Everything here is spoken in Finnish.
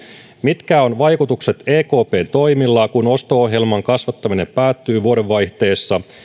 mitkä ovat vaikutukset ekpn toimilla kun osto ohjelman kasvattaminen päättyy vuoden vaihteessa